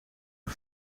een